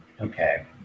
Okay